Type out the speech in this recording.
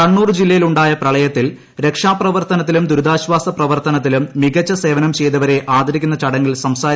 കണ്ണൂർ ജില്ലയിലുണ്ടായ പ്രളയത്തിൽ രക്ഷാപ്രവർത്തനത്തിലും ദുരിതാശ്വാസ പ്രവർത്തനത്തിലും മികച്ച സേവനം ചെയ്തവരെ ആദരിക്കുന്ന ചടങ്ങിൽ സംസാരിക്കുകയായിരുന്നു അദ്ദേഹം